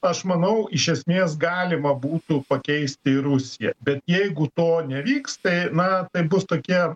aš manau iš esmės galima būtų pakeisti rusiją bet jeigu to nevyks tai na taip bus tokie